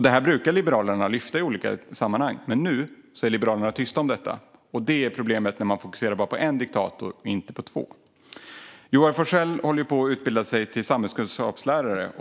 Detta brukar Liberalerna lyfta i olika sammanhang, men nu är Liberalerna tysta om det. Det är problemet när man fokuserar bara på en diktator och inte på två. Joar Forssell håller på att utbilda sig till samhällskunskapslärare.